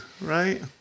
right